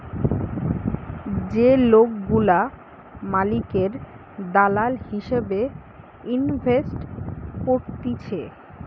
যে লোকগুলা মালিকের দালাল হিসেবে ইনভেস্ট করতিছে